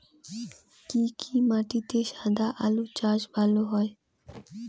কি কি মাটিতে সাদা আলু চাষ ভালো হয়?